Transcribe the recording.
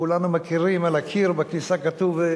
שכולנו מכירים, על הקיר בכניסה כתוב: